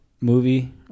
movie